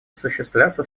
осуществляться